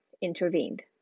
intervened